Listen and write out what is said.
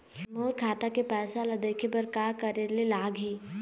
मोर खाता के पैसा ला देखे बर का करे ले लागही?